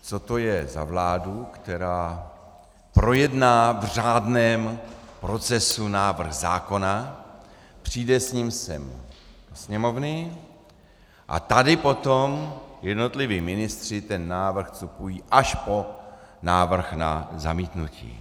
Co to je za vládu, která projedná v řádném procesu návrh zákona, přijde s ním sem do Sněmovny a tady potom jednotliví ministři ten návrh cupují až po návrh na zamítnutí?